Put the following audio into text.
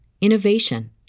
innovation